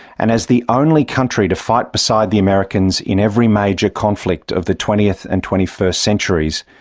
and as the only country to fight beside the americans in every major conflict of the twentieth and twenty-first centuries,